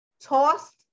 tossed